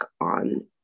on